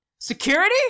Security